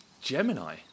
Gemini